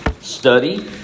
study